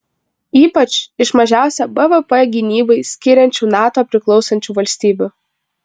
ypač iš mažiausią bvp gynybai skiriančių nato priklausančių valstybių